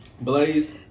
Blaze